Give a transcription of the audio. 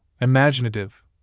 imaginative